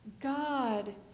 God